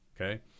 Okay